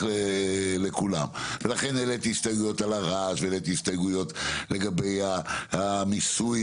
לכולם ולכן העליתי הסתייגויות על הרעש והעליתי הסתייגויות לגבי המיסוי,